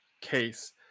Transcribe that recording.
case